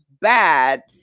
bad